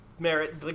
Merit